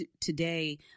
today